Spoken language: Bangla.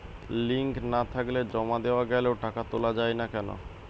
লিঙ্ক না থাকলে জমা দেওয়া গেলেও টাকা তোলা য়ায় না কেন?